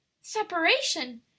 separation